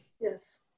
Yes